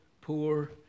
poor